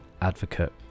advocate